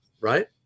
right